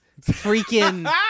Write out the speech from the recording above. freaking